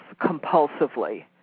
compulsively